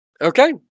Okay